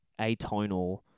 atonal